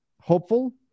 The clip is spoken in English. hopeful